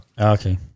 Okay